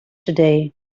today